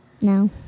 No